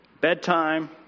bedtime